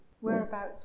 Whereabouts